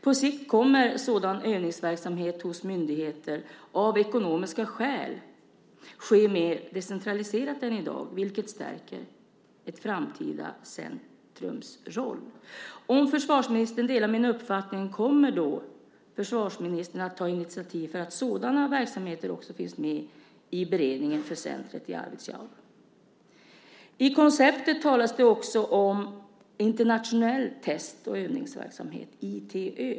På sikt kommer sådan övningsverksamhet hos myndigheter av ekonomiska skäl att ske mer decentraliserat än i dag, vilket stärker ett framtida centrums roll. Om förvarsministern delar min uppfattning, kommer då försvarsministern att ta initiativ för att sådana verksamheter också finns med i beredningen för centret i Arvidsjaur? I konceptet talas det också om internationell test och övningsverksamhet, ITÖ.